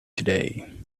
today